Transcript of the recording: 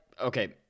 okay